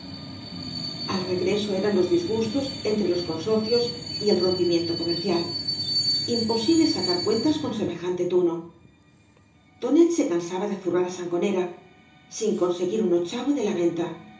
al regreso eran los disgustos entre los consocios y el rompimiento comercial imposible sacar cuentas con semejante tuno tooet se cansaba de zurrar á sangonera sin conseguir un ochavo de la venta